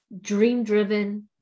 dream-driven